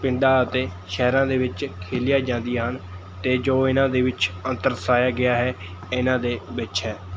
ਪਿੰਡਾਂ ਅਤੇ ਸ਼ਹਿਰਾਂ ਦੇ ਵਿੱਚ ਖੇਲੀਆਂ ਜਾਂਦੀਆਂ ਹਨ ਅਤੇ ਜੋ ਇਹਨਾਂ ਦੇ ਵਿੱਚ ਅੰਤਰ ਦਰਸਾਇਆ ਗਿਆ ਹੈ ਇਹਨਾਂ ਦੇ ਵਿੱਚ ਹੈ